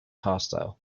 hostile